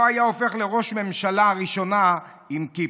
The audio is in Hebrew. היה הופך לראש הממשלה הראשון עם כיפה".